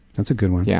that's a good one. yeah